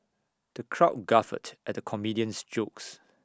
the crowd guffawed at the comedian's jokes